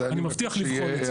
אני מבטיח לבחון את זה.